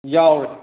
ꯌꯥꯎꯔꯦ